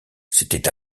c’était